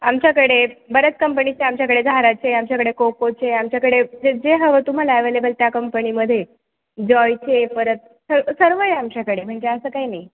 आमच्याकडे बऱ्याच कंपनीचे आमच्याकडे झाराचे आमच्याकडे कोकोचे आमच्याकडे जे जे हवं तुम्हाला ॲवेलेबल त्या कंपनीमध्ये जायचे परत सर् सर्व आहे आमच्याकडे म्हणजे असं काही नाही